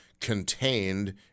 Contained